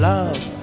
Love